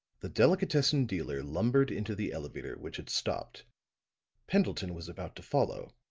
the delicatessen dealer lumbered into the elevator which had stopped pendleton was about to follow,